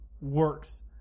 works